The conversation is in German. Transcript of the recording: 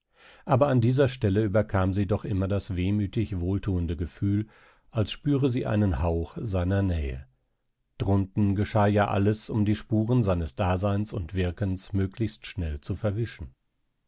aber an dieser stelle überkam sie doch immer das wehmütig wohlthuende gefühl als spüre sie einen hauch seiner nähe drunten geschah ja alles um die spuren seines daseins und wirkens möglichst schnell zu verwischen